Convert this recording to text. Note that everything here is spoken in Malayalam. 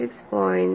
4 0